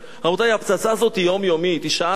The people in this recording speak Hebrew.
רבותי, הפצצה הזאת היא יומיומית, היא שעה-שעה.